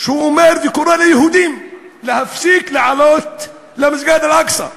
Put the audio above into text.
שהוא אומר וקורא ליהודים להפסיק לעלות למסגד אל-אקצא,